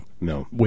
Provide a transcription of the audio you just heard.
No